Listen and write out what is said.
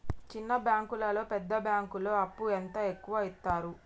చిన్న బ్యాంకులలో పెద్ద బ్యాంకులో అప్పు ఎంత ఎక్కువ యిత్తరు?